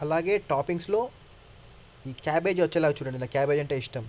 అలాగే టాపింగ్స్లో ఈ క్యాబేజ్ వచ్చేలాగా చూడండి నాకు క్యాబేజ్ అంటే ఇష్టం